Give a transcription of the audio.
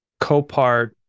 Copart